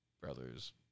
Brothers